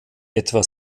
etwa